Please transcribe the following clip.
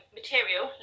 material